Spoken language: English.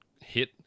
hit